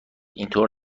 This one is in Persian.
اینطور